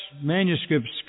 manuscripts